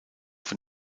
von